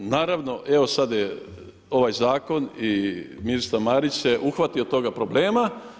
Naravno evo sad je ovaj zakon i ministar Marić se uhvatio toga problema.